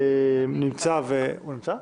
הוא נמצא?